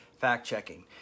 fact-checking